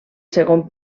segon